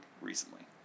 recently